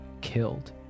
killed